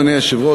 אדוני היושב-ראש,